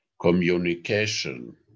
communication